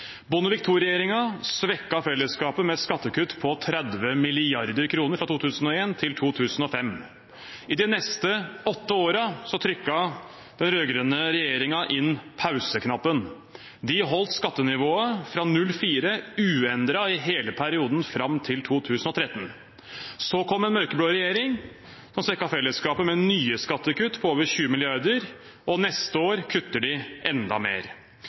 Bondevik II-regjeringen svekket fellesskapet med skattekutt på 30 mrd. kr fra 2001 til 2005. I de neste åtte årene trykket den rød-grønne regjeringen inn pauseknappen. De holdt skattenivået fra 2004 uendret i hele perioden, fram til 2013. Så kom en mørkeblå regjering og svekket fellesskapet med nye skattekutt, på over 20 mrd. kr. Og neste år kutter de enda mer.